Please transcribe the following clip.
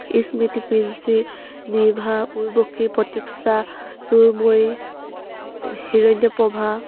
Smriti Princy Nibha Urvashi Pratiksha Surmoyee Hiranyaprabha